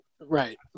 Right